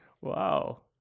Wow